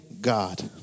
God